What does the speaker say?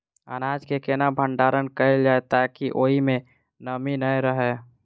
अनाज केँ केना भण्डारण कैल जाए ताकि ओई मै नमी नै रहै?